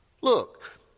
Look